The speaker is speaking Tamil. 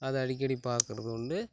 அதை அடிக்கடி பார்க்கறது உண்டு